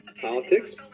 politics